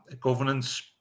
governance